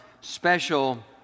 special